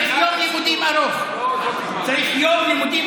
מקבל ממשרדים ממשלתיים רבים כי אין לו את התשתית,